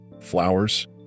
flowers